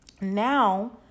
Now